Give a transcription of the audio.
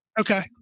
okay